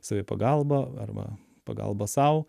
savipagalba arba pagalba sau